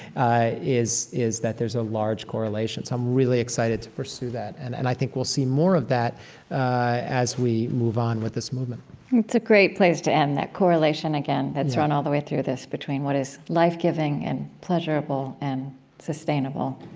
is is that there's a large correlation. so i'm really excited to pursue that. and and i think we'll see more of that as we move on with this movement it's a great place to end that correlation again that's run all the way through this between what is life-giving and pleasurable and sustainable.